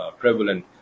prevalent